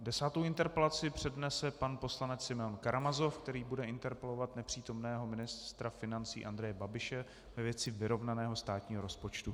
Desátou interpelaci přednese pan poslanec Simeon Karamazov, který bude interpelovat nepřítomného ministra financí Andreje Babiše ve věci vyrovnaného státního rozpočtu.